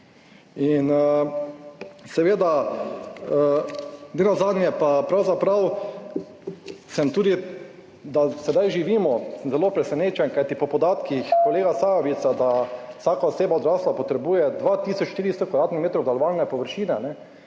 In seveda, nenazadnje pa pravzaprav sem tudi, da sedaj živimo, sem zelo presenečen, kajti po podatkih kolega Sajovica, da vsaka odrasla oseba potrebuje 2 tisoč 300 kvadratnih metrov obdelovalne površine,